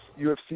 UFC